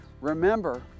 Remember